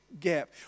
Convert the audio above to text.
gap